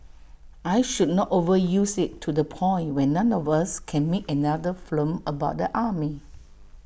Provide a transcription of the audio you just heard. I should not overuse IT to the point when none of us can make another film about the army